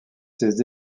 ses